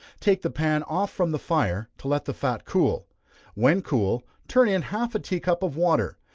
take the pan off from the fire, to let the fat cool when cool, turn in half a tea cup of water,